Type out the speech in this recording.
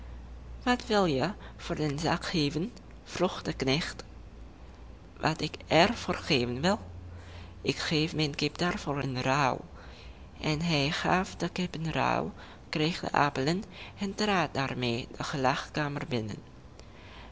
wat wil je voor den zak geven vroeg de knecht wat ik er voor geven wil ik geef mijn kip daarvoor in ruil en hij gaf de kip in ruil kreeg de appelen en trad daarmee de gelagkamer binnen